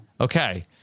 Okay